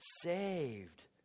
saved